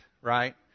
right